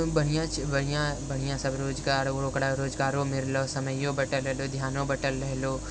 बढ़िआँ बढ़िआँ बढ़िआँ सभ रोजगार ओकरा रोजगारो मिललय समयो बँटल रहलो ध्यानो बँटल रहलो